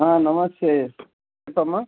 నమస్తే చెప్పమ్మ